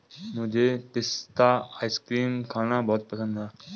मुझे पिस्ता आइसक्रीम खाना बहुत पसंद है